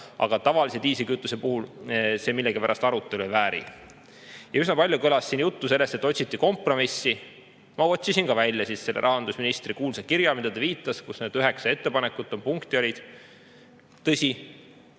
aga tavalise diislikütuse puhul see millegipärast arutelu ei vääri. Üsna palju on kõlanud siin juttu sellest, et otsiti kompromissi. Ma otsisin siis ka välja selle rahandusministri kuulsa kirja, millele ta viitas, kus olid need üheksa ettepanekut või punkti. Tõsi,